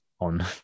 on